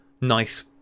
nice